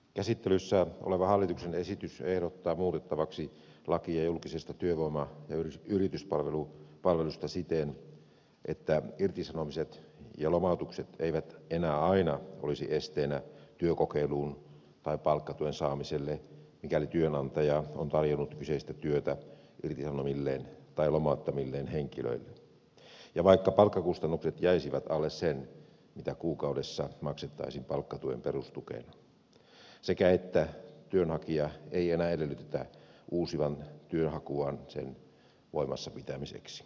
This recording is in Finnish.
käsittelyssä oleva hallituksen esitys ehdottaa muutettavaksi lakia julkisesta työvoima ja yrityspalvelusta siten että irtisanomiset ja lomautukset eivät enää aina olisi esteenä työkokeilulle tai palkkatuen saamiselle mikäli työnantaja on tarjonnut kyseistä työtä irtisanomilleen tai lomauttamilleen henkilöille ja vaikka palkkakustannukset jäisivät alle sen mitä kuukaudessa maksettaisiin palkkatuen perustukena sekä siten että työnhakijan ei enää edellytetä uusivan työnhakuaan sen voimassapitämiseksi